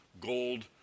gold